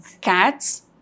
cats